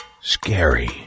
scary